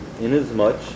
inasmuch